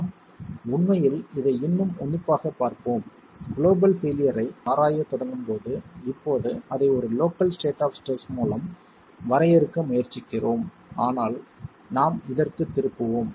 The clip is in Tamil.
நாம் உண்மையில் இதை இன்னும் உன்னிப்பாகப் பார்ப்போம் குளோபல் பெயிலியர் ஐ ஆராயத் தொடங்கும் போது இப்போது அதை ஒரு லோக்கல் ஸ்டேட் ஆப் ஸ்ட்ரெஸ் மூலம் வரையறுக்க முயற்சிக்கிறோம் ஆனால் நாம் இதற்குத் திரும்புவோம்